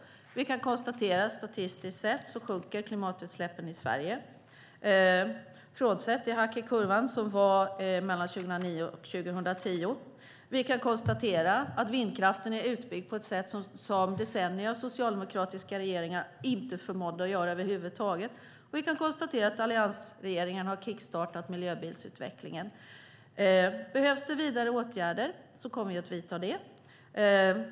Vi kan konstatera att statistiskt sett sjunker klimatutsläppen i Sverige frånsett det hack i kurvan som var 2009-2010. Vi kan konstatera att vindkraften är utbyggd på ett sätt som decennier av socialdemokratiska regeringar inte förmådde att göra över huvud taget. Vi kan konstatera att alliansregeringen har kickstartat miljöbilsutvecklingen. Behövs det vidare åtgärder kommer vi att vidta dem.